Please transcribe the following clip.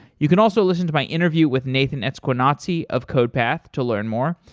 you can also listen to my interview with nathan esquenazi of codepath to learn more,